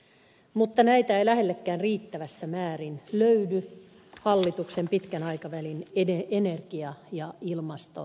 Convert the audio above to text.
mutta näitä ei lähellekään riittävässä määrin löydy hallituksen pitkän aikavälin energia ja ilmastostrategiasta